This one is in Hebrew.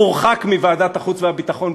למה להגיד מצפון?